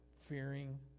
fearing